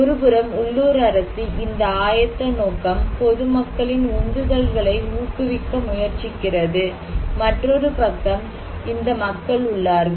ஒருபுறம் உள்ளூர் அரசு இந்த ஆயத்த நோக்கம் பொது மக்களின் உந்துதல்களை ஊக்குவிக்க முயற்சிக்கிறது மற்றொரு பக்கம் இந்த மக்கள் உள்ளார்கள்